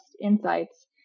insights